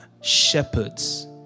shepherds